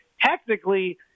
Technically